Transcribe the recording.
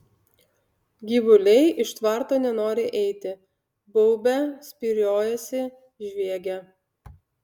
gyvuliai iš tvarto nenori eiti baubia spyriojasi žviegia